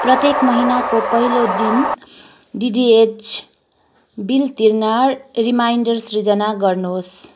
प्रत्येक महिनाको पहिलो दिन डिटिएच बिल तिर्न रिमाइन्डर सृजना गर्नुहोस्